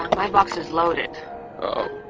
my box is loaded oh.